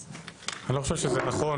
אני לא חושב שזה נכון,